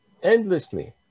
endlessly